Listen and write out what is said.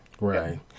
Right